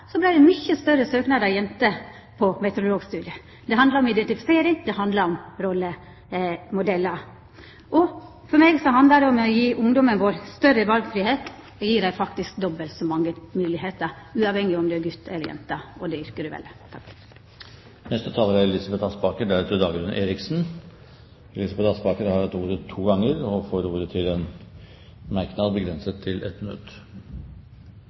det mange fleire jenter som søkte på meteorologstudiet. Det handlar om identifisering, det handlar om rollemodellar. For meg handlar det om å gje ungdommen vår større valfridom når det gjeld yrke, og gje dei faktisk dobbelt så mange moglegheiter, uavhengig av om du er gut eller jente. Elisabeth Aspaker har hatt ordet to ganger og får ordet til en kort merknad, begrenset til 1 minutt.